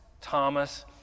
Thomas